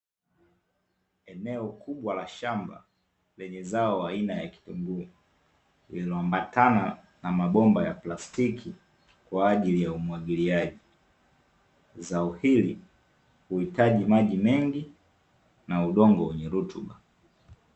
Eneo kubwa la shamba lenye zao aina kitunguu, lililoambatana na mabomba ya plastiki kwa ajili ya umwagiliaji. Zao hili huhitaji maji mengi na udongo wenye rutuba.